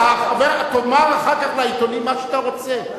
תאמר אחר כך לעיתונים מה שאתה רוצה.